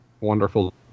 Wonderful